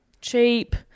Cheap